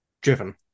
driven